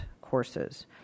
courses